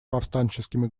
повстанческими